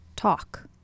talk